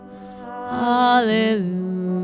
Hallelujah